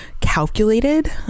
Calculated